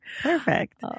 Perfect